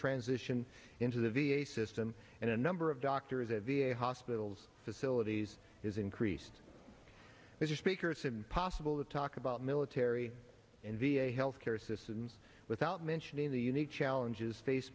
transition into the v a system and a number of doctors at v a hospitals facilities is increased as are speakers impossible to talk about military and v a health care systems without mentioning the unique challenges face